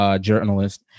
journalist